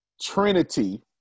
trinity